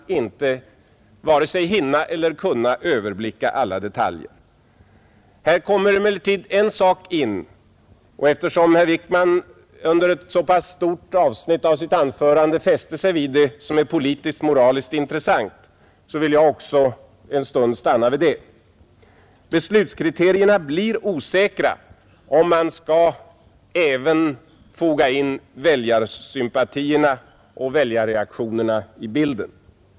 Han varken kan eller hinner överblicka alla detaljer. Här tillkommer emellertid något, och eftersom herr Wickman under ett så pass stort avsnitt av sitt anförande uppehöll sig vid det som 35 politiskt, moraliskt intressant, vill jag också en stund stanna vid det: beslutskriterierna blir osäkra om man skall foga in även väljarsympatierna och väljarreaktionerna i bilden.